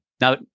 Now